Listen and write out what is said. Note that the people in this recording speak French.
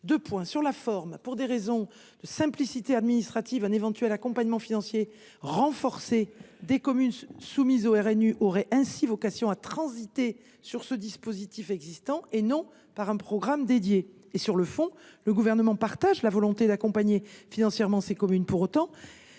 tel document. Sur la forme, pour des raisons de simplicité administrative, un éventuel accompagnement financier renforcé des communes soumises au RNU aurait vocation à transiter par ce dispositif existant, et non par un programme spécifique. Sur le fond, le Gouvernement partage la volonté d’accompagner financièrement ces communes. Pour autant,